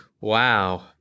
Wow